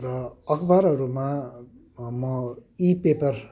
र अखबारहरूमा म ई पेपर